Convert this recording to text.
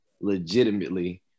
legitimately